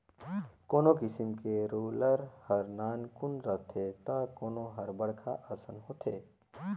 कोनो किसम के रोलर हर नानकुन रथे त कोनो हर बड़खा असन होथे